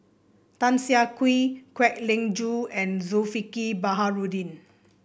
Tan Siah Kwee Kwek Leng Joo and Zulkifli Baharudin